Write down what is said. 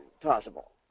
possible